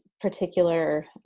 particular